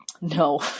No